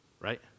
right